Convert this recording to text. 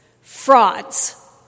frauds